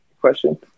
question